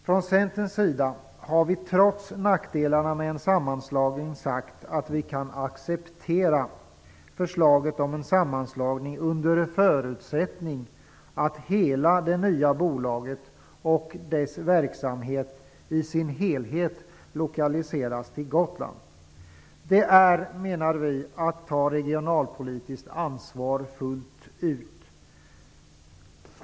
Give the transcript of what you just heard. Från Centerns sida har vi trots nackdelarna med en sammanslagning sagt att vi kan acceptera förslaget under förutsättning att hela det nya bolaget och dess verksamhet lokaliseras till Gotland. Vi menar att det är att ta regionalpolitiskt ansvar fullt ut.